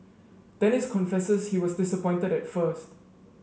Dennis confesses he was disappointed at first